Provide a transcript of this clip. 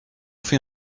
fait